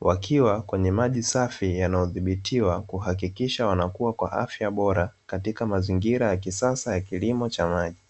wakiwa kwenye maji safi yanayodhibitiwa na kuhakikisha wanakua kwa afya bora, katika mazingira ya kisasa ya kilimo cha maji.